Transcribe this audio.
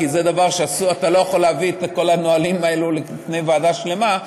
כי אתה לא יכול להביא את כל הנהלים האלה בפני ועדה שלמה,